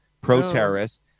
pro-terrorist